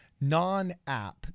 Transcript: non-app